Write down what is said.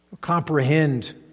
comprehend